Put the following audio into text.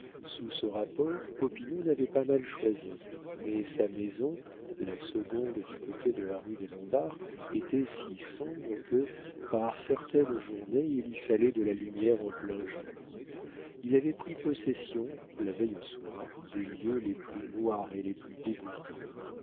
sous ce rapport popinot n'avait pas mal choisi mais sa maison la seconde du côté de la rue des lombards était si sombre que par certaines journées il y fallait de la lumière en plein jour il avait pris possession la veille au soir des lieux les plus noirs et les plus dégoûtants